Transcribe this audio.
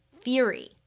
theory